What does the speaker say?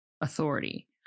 authority